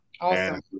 Awesome